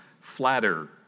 flatter